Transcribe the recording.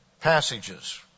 passages